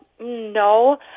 no